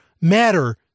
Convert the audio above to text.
matter